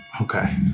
Okay